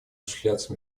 осуществляться